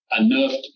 enough